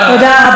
תודה רבה.